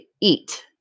eat